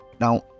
Now